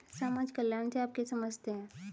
समाज कल्याण से आप क्या समझते हैं?